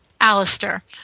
Alistair